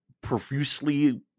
profusely